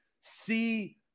see